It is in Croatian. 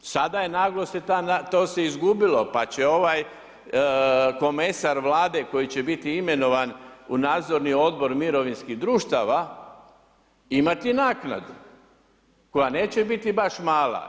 Sada je naglo se ta to se izgubilo pa će ovaj komesar Vlade koji će biti imenovan u nadzorni odbor mirovinskih društava imati naknadu, koja neće biti baš mala.